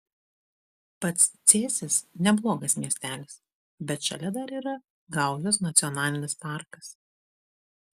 pats cėsis neblogas miestelis bet šalia dar yra gaujos nacionalinis parkas